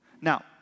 Now